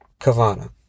kavana